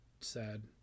sad